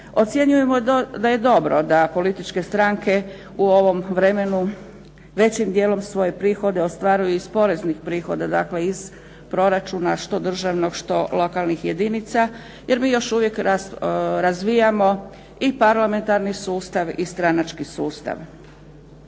Ocjenjujemo da je dobro da političke stranke u ovom vremenu većim dijelom svoje prihode ostvaruju iz poreznih prihoda, dakle iz proračuna što državnog što lokalnih jedinica, jer mi još uvijek razvijamo i parlamentarni sustav i stranački sustav.